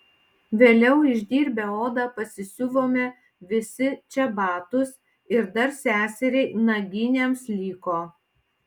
vėliau išdirbę odą pasisiuvome visi čebatus ir dar seseriai naginėms liko